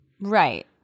Right